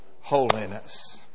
holiness